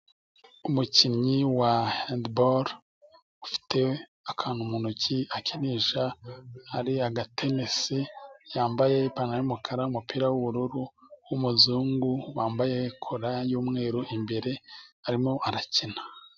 Umukinnyi wa hendiboro afite akantu mu ntoki akinisha. Hari aga tenesi, yambaye ipantaro y'umukara umupira w'ubururu, w'umuzungu wambaye kola y'umweru imbere, arimo arakina.